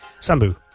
Sambu